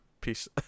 peace